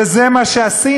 וזה מה שעשינו.